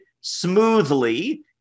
smoothly